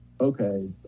okay